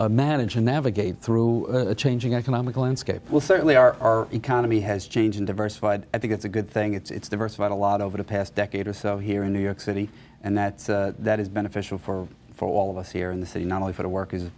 are managing navigate through a changing economic landscape well certainly our economy has changed in diversified i think it's a good thing it's diversified a lot over the past decade or so here in new york city and that's that is beneficial for for all of us here in the city not only for the workers